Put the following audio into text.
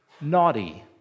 Naughty